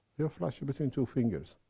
your flesh between two fingers,